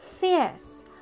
fierce